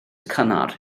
cynnar